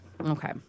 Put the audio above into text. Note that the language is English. Okay